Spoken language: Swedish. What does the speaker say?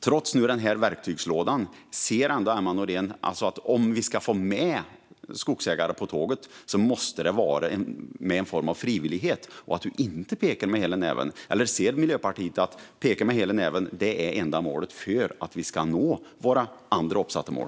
Trots den här verktygslådan, anser Emma Nohrén att om vi ska få med skogsägarna på tåget måste det vara med en form av frivillighet och att vi inte pekar med hela näven? Eller ser Miljöpartiet att peka med hela näven som det enda medlet för att vi ska nå våra andra uppsatta mål?